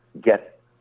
get